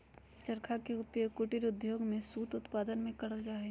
चरखा के उपयोग कुटीर उद्योग में सूत उत्पादन में करल जा हई